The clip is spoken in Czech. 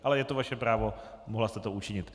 Ale je to vaše právo, mohla jste to učinit.